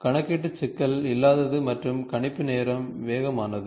கணக்கீட்டு சிக்கல் இல்லாதது மற்றும் கணிப்பு நேரம் வேகமானது